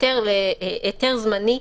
היתר זמני,